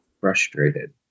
frustrated